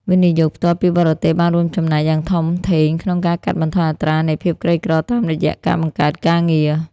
វិនិយោគផ្ទាល់ពីបរទេស បានរួមចំណែកយ៉ាងធំធេងក្នុងការកាត់បន្ថយអត្រានៃភាពក្រីក្រតាមរយៈការបង្កើតការងារ។